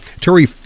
Terry